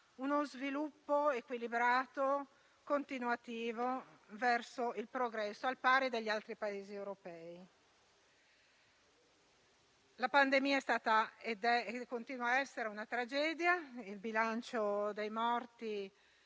uno sviluppo equilibrato e continuativo verso il progresso, al pari degli altri Paesi europei. La pandemia è stata e continua a essere una tragedia. Il bilancio dei morti,